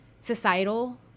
societal